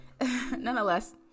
nonetheless